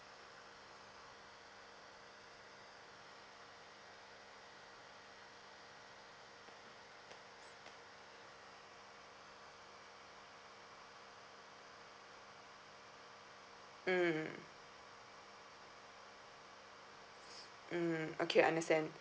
mm mm okay understand